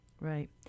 Right